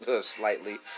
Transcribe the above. slightly